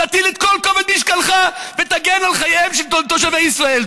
תטיל את כל כובד משקלך ותגן על חייהם של תושבי ישראל.